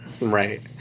Right